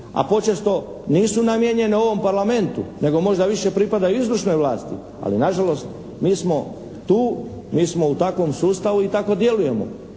a počesto nisu namijenjene ovom Parlamentu nego možda više pripadaju izvršnoj vlasti. Ali nažalost, mi smo tu, mi smo u takvom sustavu i tako djelujemo.